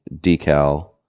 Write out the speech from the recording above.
decal